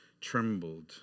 trembled